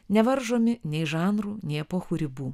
nevaržomi nei žanrų nei epochų ribų